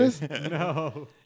no